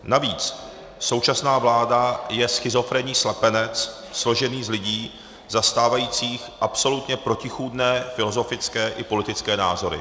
Navíc současná vláda je schizofrenní slepenec složený z lidí zastávajících absolutně protichůdné filozofické i politické názory.